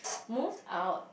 moved out